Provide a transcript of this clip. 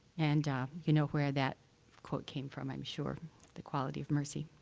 and you know where that quote came from, i'm sure the quality of mercy.